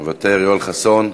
מוותר, יואל חסון,